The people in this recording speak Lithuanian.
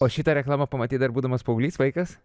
o šitą reklamą pamatei dar būdamas paauglys vaikas